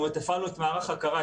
הפעלנו את מערך הקרה,